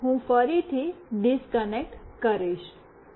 હવે હું ફરીથી ડિસ્કનેક્ટ કરીશ